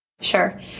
Sure